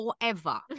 forever